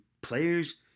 players